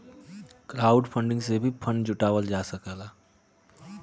crowdfunding से भी fund जुटावल जा सकला